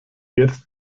jetzt